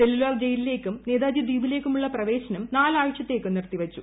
cellular ജയിലിലേക്കും നേതാജി ദ്വീപിലേക്കുമുള്ള പ്രവേശനം നാലാഴ്ചത്തേക്ക് നിർത്തി വച്ചു